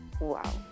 Wow